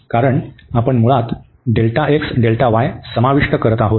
कारण आपण मुळात समाविष्ट करत आहोत